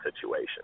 situation